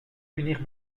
punir